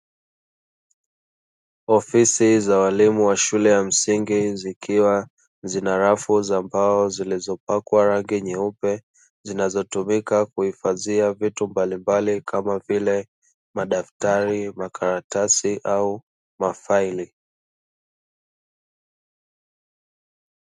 Ofisi za walimu wa shule ya msingi, zikiwa zina rafu za mbao zilizopakwa rangi nyeupe, zinazotumika kuhifadhia vitu mbalimbali kama vile; madaftari, makaratasi au mafaili.